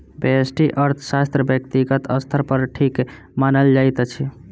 व्यष्टि अर्थशास्त्र व्यक्तिगत स्तर पर ठीक मानल जाइत अछि